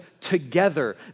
together